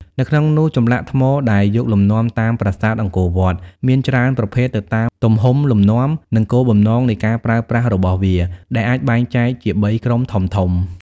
នៅក្នុងនោះចម្លាក់ថ្មដែលយកលំនាំតាមប្រាសាទអង្គរវត្ត មានច្រើនប្រភេទទៅតាមទំហំ លំនាំ និងគោលបំណងនៃការប្រើប្រាស់របស់វា ដែលអាចបែងចែកជាបីក្រុមធំៗ។